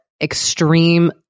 extreme